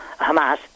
Hamas